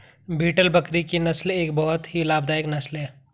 beetle बकरी की नस्ल एक बहुत ही लाभदायक नस्ल है